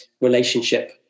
relationship